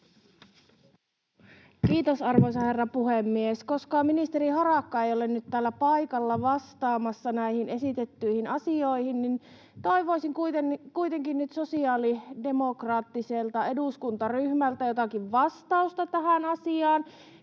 Kiitos, arvoisa herra puhemies! Koska ministeri Harakka ei ole nyt täällä paikalla vastaamassa näihin esitettyihin asioihin, niin toivoisin nyt kuitenkin sosiaalidemokraattiselta eduskuntaryhmältä jotakin vastausta tähän asiaan